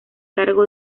cargo